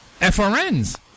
FRNs